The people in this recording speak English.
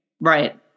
Right